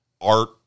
art